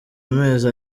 amezi